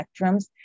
spectrums